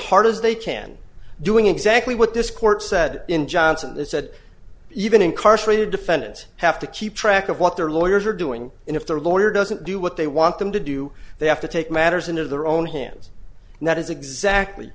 hard as they can doing exactly what this court said in johnson that said even incarcerated defendants have to keep track of what their lawyers are doing and if their lawyer doesn't do what they want them to do they have to take matters into their own hands and that is exactly